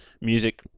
music